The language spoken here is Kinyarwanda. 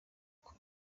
uko